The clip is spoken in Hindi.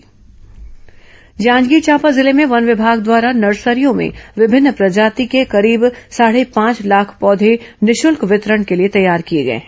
हरियर छत्तीसगढ़ जांजगीर चांपा जिले में वन विभाग द्वारा नर्सरियों में विभिन्न प्रजाति के करीब साढ़े पांच लाख पौधे निःशुल्क वितरण के लिए तैयार किया गया है